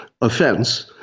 offense